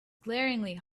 glaringly